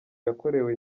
yakorewe